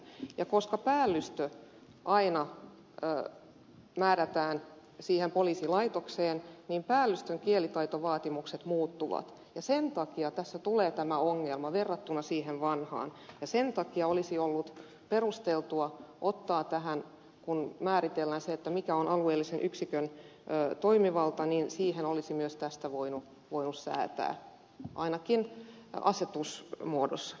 ja koska päällystö aina määrätään siihen poliisilaitokseen niin päällystön kielitaitovaatimukset muuttuvat ja sen takia tässä tulee tämä ongelma verrattuna siihen vanhaan ja sen takia olisi ollut perusteltua säätää ainakin asetusmuodossa tästä kun määritellään mikä on alueellisen yksikön toimivalta niin siihen olisi myös tästä voinut kuilussa näyttää wallacin asetus muodossa